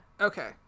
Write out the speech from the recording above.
okay